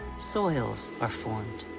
soils are formed.